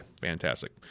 Fantastic